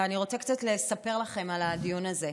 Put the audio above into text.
ואני רוצה קצת לספר לכם על הדיון הזה.